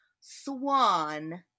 swan